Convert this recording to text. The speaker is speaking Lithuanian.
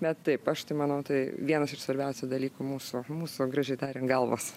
bet taip aš tai manau tai vienas iš svarbiausių dalykų mūsų mūsų gražiai tariant galvos